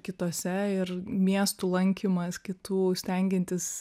kitose ir miestų lankymas kitų stengiantis